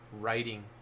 writing